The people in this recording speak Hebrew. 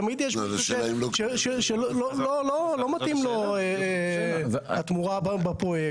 תמיד יש כאלה שלא מתאים להם התמורה בפרויקט,